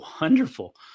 wonderful